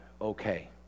okay